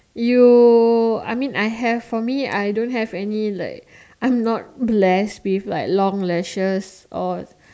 you I mean I have for me I don't have any like I'm not blessed with like long lashes or